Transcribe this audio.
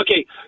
Okay